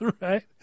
Right